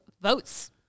votes